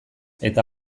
eta